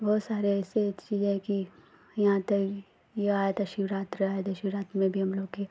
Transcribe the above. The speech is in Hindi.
बहुत सारी ऐसी ऐसी चीज़ें हैं कि यहाँ तक यह आता है शिवरात्रि आती है शिवरात्रि में भी हमलोगों के यहाँ